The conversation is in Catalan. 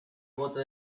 bóta